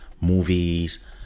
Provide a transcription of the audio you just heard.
movies